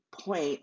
point